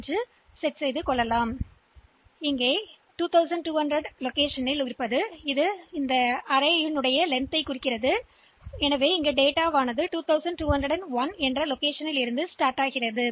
எனவே அது 2 2 0 0 என்ற இடத்தில் பட்டியலிடப்பட்டுள்ளது இது பட்டியலின் நீளம் குறைந்தபட்சம் 2201 இடத்திலிருந்து தொடங்குகிறது